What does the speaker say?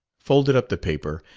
folded up the paper,